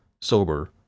sober